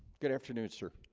good afternoon sir